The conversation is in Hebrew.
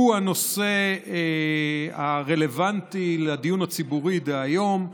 הוא הנושא הרלוונטי לדיון הציבורי דהיום.